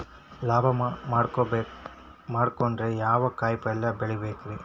ಲಾಭ ಮಾಡಕೊಂಡ್ರ ಯಾವ ಕಾಯಿಪಲ್ಯ ಬೆಳಿಬೇಕ್ರೇ?